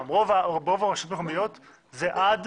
הם עד